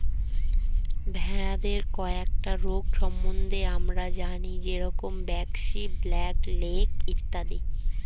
ভেড়াদের কয়েকটা রোগ সম্বন্ধে আমরা জানি যেরম ব্র্যাক্সি, ব্ল্যাক লেগ ইত্যাদি